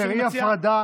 כאשר אי-הפרדה